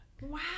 wow